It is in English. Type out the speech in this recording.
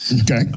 Okay